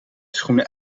schoenen